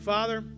Father